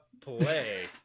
play